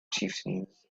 chieftains